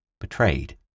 betrayed